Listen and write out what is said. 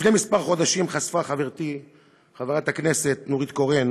לפני כמה חודשים חשפה חברתי חברת הכנסת נורית קורן